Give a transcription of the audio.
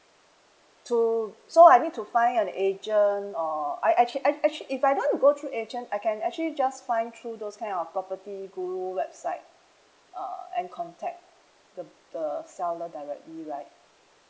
to so I need to find an agent or I I actu~ I actually if I don't go through agent I can actually just find through those kind of property guru website uh and contact the the seller directly right